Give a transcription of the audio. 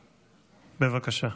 בבקשה.